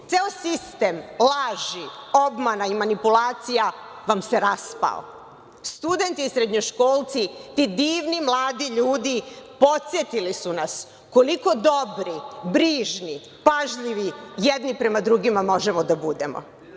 sistem laži, obmana i manipulacija vam se raspao. Studenti i srednjoškolci, ti divni mladi ljudi, podsetili su nas koliko dobri, brižni i pažljivi jedni prema drugima možemo da budemo. Građani